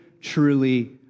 truly